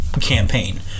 campaign